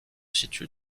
situe